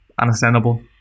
understandable